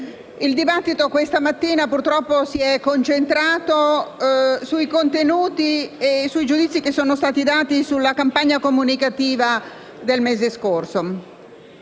il dibattito questa mattina purtroppo si è concentrato sui contenuti e sui giudizi che sono stati dati sulla campagna comunicativa del mese scorso.